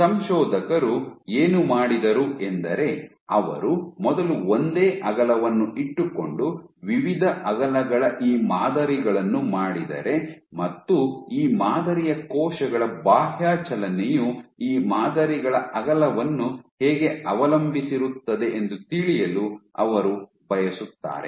ಸಂಶೋಧಕರು ಏನು ಮಾಡಿದರು ಎಂದರೆ ಅವರು ಮೊದಲು ಒಂದೇ ಅಗಲವನ್ನು ಇಟ್ಟುಕೊಂಡು ವಿವಿಧ ಅಗಲಗಳ ಈ ಮಾದರಿಗಳನ್ನು ಮಾಡಿದರೆ ಮತ್ತು ಈ ಮಾದರಿಯ ಕೋಶಗಳ ಬಾಹ್ಯ ಚಲನೆಯು ಈ ಮಾದರಿಗಳ ಅಗಲವನ್ನು ಹೇಗೆ ಅವಲಂಬಿಸಿರುತ್ತದೆ ಎಂದು ತಿಳಿಯಲು ಅವರು ಬಯಸುತ್ತಾರೆ